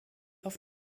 auf